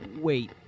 Wait